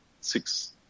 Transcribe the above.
six